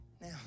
now